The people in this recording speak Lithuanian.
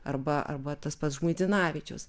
arba arba tas pats žmuidzinavičius